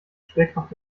schwerkraft